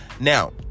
Now